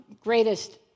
greatest